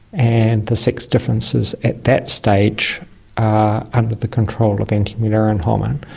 and the sex differences at that stage are under the control of anti-mullerian hormone,